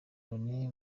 loni